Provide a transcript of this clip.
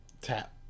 tap